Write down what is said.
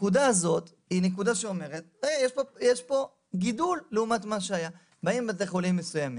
בית החולים היה מפוצץ בחולים,